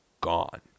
gone